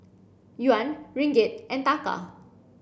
Yuan Ringgit and Taka